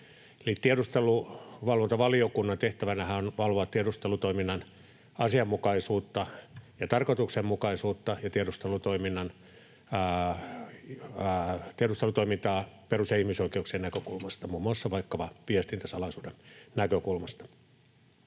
tiedusteluvalvontavaliokunnan tehtävänähän on valvoa tiedustelutoiminnan asianmukaisuutta ja tarkoituksenmukaisuutta ja tiedustelutoimintaa perus- ja ihmisoikeuksien näkökulmasta, muun muassa vaikkapa viestintäsalaisuuden näkökulmasta.